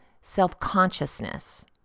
Self-consciousness